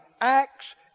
acts